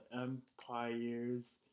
empires